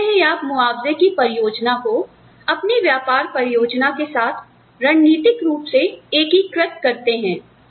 तो ऐसे ही आप मुआवजे की परियोजना को अपनी व्यापार परियोजना के साथ रणनीतिक रूप से एकीकृत करते हैं